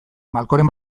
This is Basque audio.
malkoren